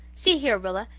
see here, rilla,